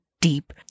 deep